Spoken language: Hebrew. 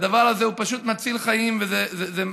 הדבר הזה הוא פשוט מציל חיים, וזה ממש,